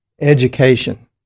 education